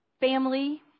family